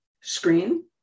screen